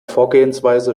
vorgehensweise